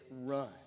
run